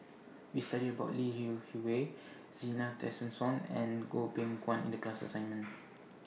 We studied about Lee YOU Hui Zena Tessensohn and Goh Beng Kwan in The class assignment